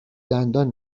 دندان